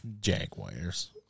jaguars